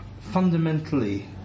fundamentally